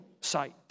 sight